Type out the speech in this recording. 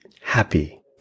happy